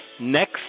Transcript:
next